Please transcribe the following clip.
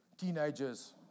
teenagers